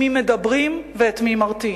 עם מי מדברים ואת מי מרתיעים,